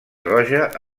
roja